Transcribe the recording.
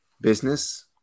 business